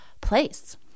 place